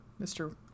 Mr